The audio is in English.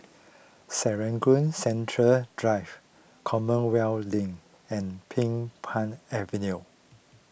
Serangoon Central Drive Commonwealth Link and Din Pang Avenue